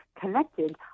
connected